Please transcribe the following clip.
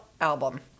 album